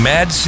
Mad